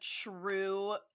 true